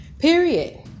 Period